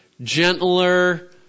gentler